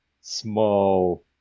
small